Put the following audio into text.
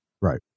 Right